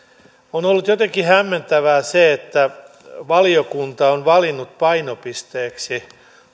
ollut jotenkin hämmentävää että valiokunta on valinnut painopisteeksi